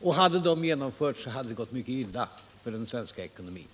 om de kraven hade genomförts, hade det gått mycket illa för den svenska ekonomin.